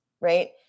right